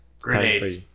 Grenades